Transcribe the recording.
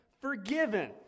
forgiven